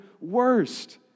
worst